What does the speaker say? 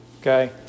Okay